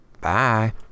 Bye